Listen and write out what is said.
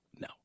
no